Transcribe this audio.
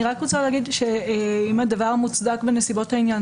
אני רק רוצה לומר שאם הדבר מוצדק בנסיבות העניין,